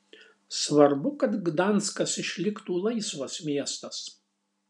svarbu kad gdanskas išliktų laisvas miestas